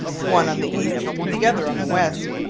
one on the east, the other on the west,